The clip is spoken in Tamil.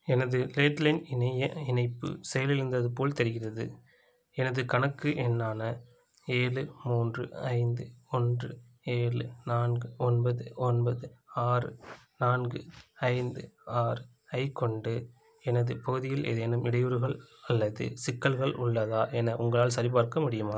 எனது லேட் லைன் இணைய இணைப்பு செயலிழந்தது போல் தெரிகிறது எனது கணக்கு எண்ணான ஏழு மூன்று ஐந்து ஒன்று ஏழு நான்கு ஒன்பது ஒன்பது ஆறு நான்கு ஐந்து ஆறைக் கொண்டு எனது பகுதியில் ஏதேனும் இடையூறுகள் அல்லது சிக்கல்கள் உள்ளதா என உங்களால் சரிபார்க்க முடியுமா